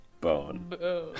bone